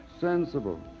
Sensible